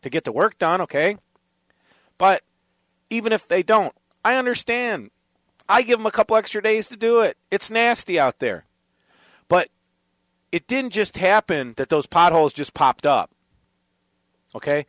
to get to work don ok but even if they don't i understand i give them a couple extra days to do it it's nasty out there but it didn't just happen that those potholes just popped up ok